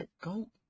Go